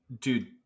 Dude